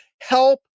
help